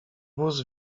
wóz